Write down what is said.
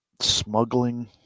Smuggling